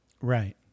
Right